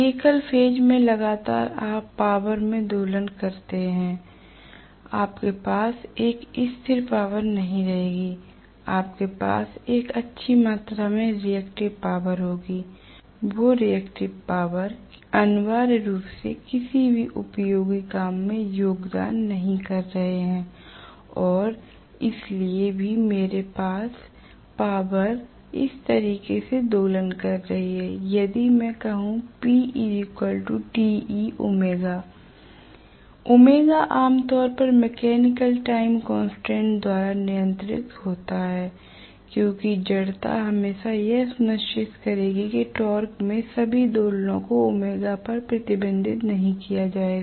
एकल फेज में लगातार आप पावर में दोलन करगे आपके पास एक स्थिर पावर नहीं रहेगी आपके पास एक अच्छी मात्रा में रियेक्टिव पावर होगी वो रियेक्टिव पावर अनिवार्य रूप से किसी भी उपयोगी काम में योगदान नहीं कर रहे हैं और इसलिए भी कि मेरे पास पावर इस तरीके से दोलन कर रही है यदि कभी मैं कहूं ओमेगा Omega ω आम तौर पर मैकेनिकल टाइम कांस्टेंट द्वारा नियन्त्रित होता है क्योंकि जड़ता हमेशा यह सुनिश्चित करेगी कि टॉरक में सभी दोलनों को ओमेगा पर प्रतिबिंबित नहीं किया जाएगा